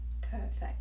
perfect